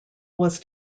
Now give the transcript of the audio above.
was